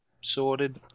sorted